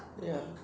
ya